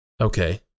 Okay